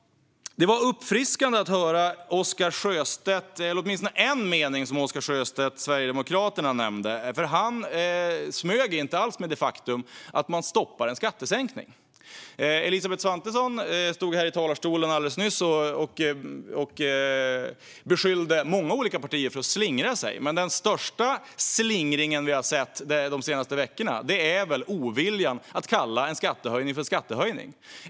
Det var uppfriskande att höra Sverigedemokraternas Oscar Sjöstedt, eller åtminstone en mening han sa. Han smög inte alls med det faktum att man stoppar en skattesänkning. Elisabeth Svantesson stod här i talarstolen alldeles nyss och beskyllde många olika partier för att slingra sig. Men den största slingring vi har sett de senaste veckorna är väl oviljan att kalla en skattehöjning för en skattehöjning.